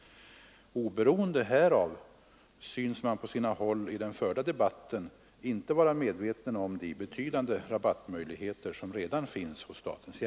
Oberoende härav synes man på sina håll i den förda debatten inte vara medveten om de betydande rabattmöjligheter som redan finns hos SJ.